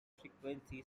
frequency